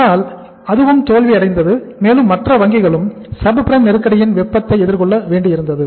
ஆனால் அதுவும் தோல்வி அடைந்தது மேலும் மற்ற வங்கிகளும் சப் பிரைம் நெருக்கடியின் வெப்பத்தை எதிர்கொள்ள வேண்டியிருந்தது